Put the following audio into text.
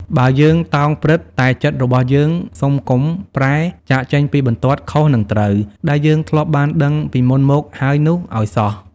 បើ យើងតោង "ព្រឹត្តិ" តែចិត្តរបស់យើង សុំកុំ "ប្រែ" ចាកចេញពីបន្ទាត់ "ខុស និង ត្រូវ" ដែលយើងធ្លាប់បានដឹងពីមុនមកហើយនោះឲ្យសោះ។